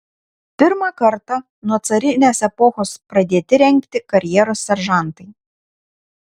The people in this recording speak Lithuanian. pirmą kartą nuo carinės epochos pradėti rengti karjeros seržantai